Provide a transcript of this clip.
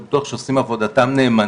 אני בטוח שהם עושים את עבודתם נאמנה,